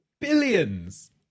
billions